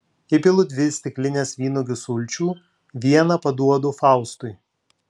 įpilu dvi stiklines vynuogių sulčių vieną paduodu faustui